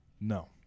No